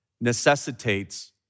necessitates